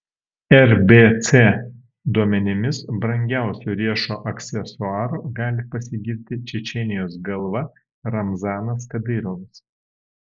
rbc duomenimis brangiausiu riešo aksesuaru gali pasigirti čečėnijos galva ramzanas kadyrovas